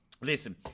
Listen